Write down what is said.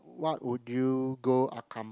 what would you go accomplish